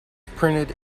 printed